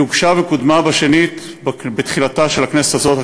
היא אושרה וקודמה שנית בתחילתה של הכנסת הזאת,